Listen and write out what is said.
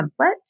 template